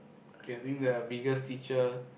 getting the biggest teacher